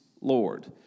Lord